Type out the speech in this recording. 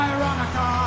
Ironica